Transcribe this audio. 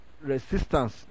resistance